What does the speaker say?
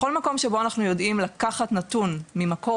בכל מקום שבו אנחנו יודעים לקחת נתון ממקור